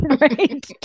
right